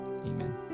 Amen